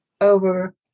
over